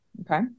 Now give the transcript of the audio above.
Okay